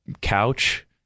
couch